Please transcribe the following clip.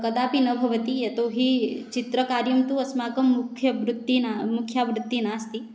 कदापि न भवति यतो हि चित्रकार्यं तु अस्माकं मुख्यवृत्तिः न मुख्या वृत्तिः नास्ति